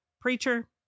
preacher